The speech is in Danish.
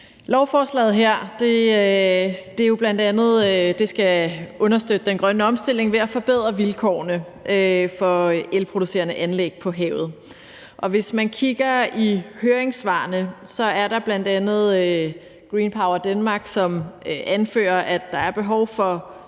Lovforslaget skal understøtte den grønne omstilling ved at forbedre vilkårene for elproducerende anlæg på havet, og hvis man kigger i høringssvarene, er der bl.a. Green Power Denmark, som anfører, at der er behov for